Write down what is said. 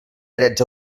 drets